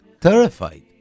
terrified